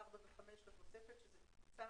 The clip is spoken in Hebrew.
(4) ו-(5) לתוספת שזה צה"ל,